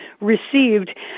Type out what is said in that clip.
received